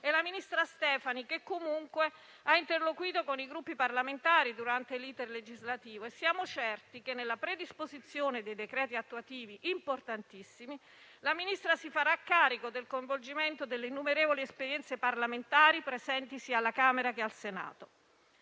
e la ministra Stefani che ha interloquito con i Gruppi parlamentari durante l'*iter* legislativo. Siamo certi che, nella predisposizione dei decreti attuativi, importantissimi, la Ministra si farà carico del coinvolgimento delle innumerevoli esperienze parlamentari presenti sia alla Camera che al Senato.